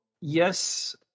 yes